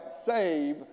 save